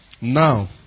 Now